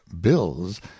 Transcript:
bills